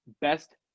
best